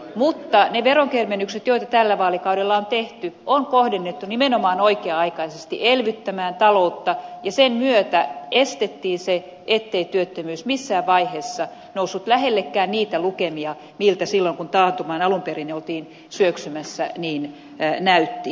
mutta ne veronkevennykset joita tällä vaalikaudella on tehty on kohdennettu nimenomaan oikea aikaisesti elvyttämään taloutta ja sen myötä estettiin se ettei työttömyys missään vaiheessa noussut lähellekään niitä lukemia mitä silloin kun taantumaan alun perin oltiin syöksymässä näytti tulevan